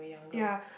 ya